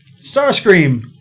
Starscream